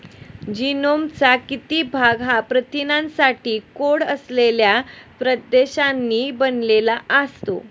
जीनोमचा किती भाग हा प्रथिनांसाठी कोड असलेल्या प्रदेशांनी बनलेला असतो?